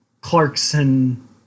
Clarkson